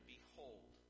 Behold